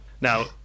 Now